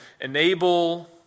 enable